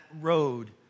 road